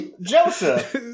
Joseph